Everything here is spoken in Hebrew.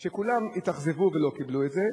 שכולם התאכזבו ולא קיבלו את זה,